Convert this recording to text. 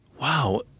wow